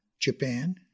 Japan